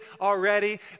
already